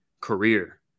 career